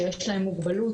שיש להם מוגבלות,